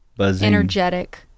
energetic